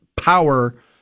power